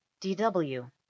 dw